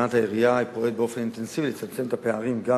לטענת העירייה היא פועלת באופן אינטנסיבי לצמצם את הפערים גם